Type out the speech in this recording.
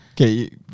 Okay